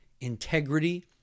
integrity